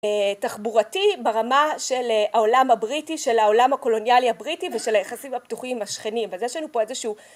תחבורתי ברמה של העולם הבריטי, של העולם הקולוניאלי הבריטי, ושל היחסים הפתוחים השכנים, אז יש לנו פה איזשהו